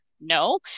no